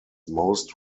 most